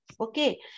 Okay